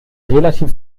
relativ